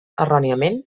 erròniament